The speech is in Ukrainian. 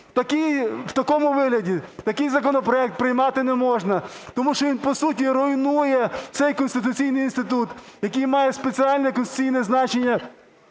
В такому вигляді такий законопроект приймати не можна, тому що він по суті руйнує цей конституційний інститут, який має спеціальне конституційне значення